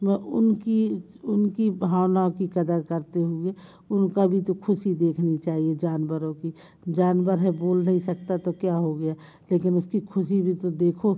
मैं उनकी उनकी भावनाओं की क़दर करते हुए उनका भी तो ख़ुशी देखनी चाहिए जानवरों की जानवर है बोल नहीं सकता तो क्या हो गया लेकिन उसकी ख़ुशी भी तो देखो